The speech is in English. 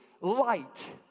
light